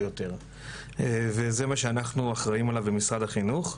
יותר וזה מה שאנחנו אחראים עליו במשרד החינוך.